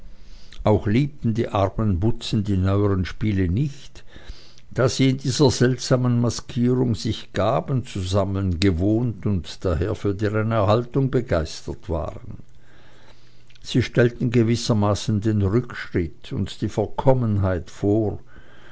auch liebten die armen butzen die neueren spiele nicht da sie in dieser seltsamen maskierung sich gaben zu sammeln gewohnt und daher für deren erhaltung begeistert waren sie stellten gewissermaßen den rückschritt und die verkommenheit vor